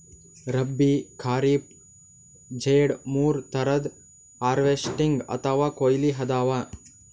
ರಬ್ಬೀ, ಖರೀಫ್, ಝೆಡ್ ಮೂರ್ ಥರದ್ ಹಾರ್ವೆಸ್ಟಿಂಗ್ ಅಥವಾ ಕೊಯ್ಲಿ ಅದಾವ